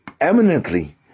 eminently